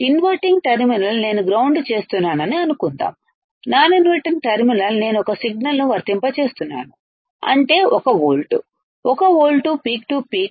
inverting terminal నేను ground చేస్తున్నానని అనుకుందాం నాన్ ఇన్వెర్టింగ్ టెర్మినల్ నేను ఒక సిగ్నల్ను వర్తింపజేస్తున్నాను అంటే 1 volt 1 volt peak to peak